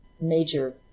major